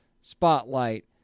spotlight